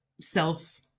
self